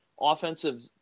Offensive